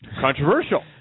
controversial